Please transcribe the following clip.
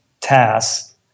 tasks